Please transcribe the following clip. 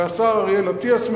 והשר אריאל אטיאס,